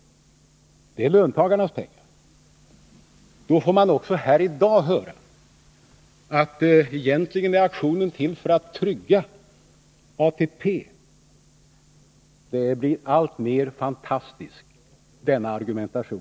Det är löntagarnas pengar. Då får man här i dag höra att egentligen är aktionen till för att trygga ATP. Argumentationen blir alltmer fantastisk!